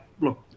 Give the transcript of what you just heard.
look